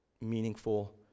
meaningful